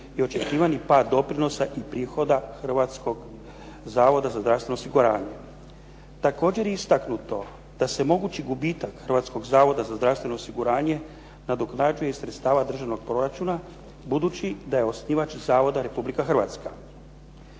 i očekivani pad doprinosa i prihoda Hrvatskog zavoda za zdravstveno osiguranje. Također je istaknuto da se mogući gubitak Hrvatskog zavoda za zdravstveno osiguranje nadoknađuje iz sredstava državnog proračuna, budući da je osnivač zavoda Republika Hrvatska.